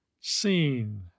seen